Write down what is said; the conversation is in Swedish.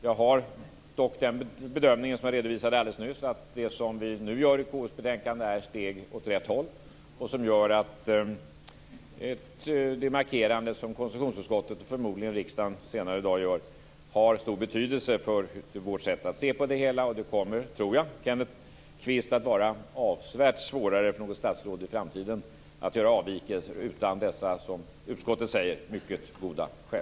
Jag har dock gjort den bedömning som jag redovisade alldeles nyss, nämligen att det som vi nu gör i KU:s betänkande är ett steg åt rätt håll. Det markerande som konstitutionsutskottet och förmodligen riksdagen senare i dag gör har stor betydelse för vårt sätt att se på det hela. Jag tror, Kenneth Kvist, att det kommer att vara avsevärt svårare för något statsråd i framtiden att göra avvikelser utan dessa, som utskottet säger, mycket goda skäl.